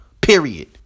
period